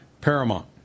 paramount